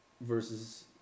versus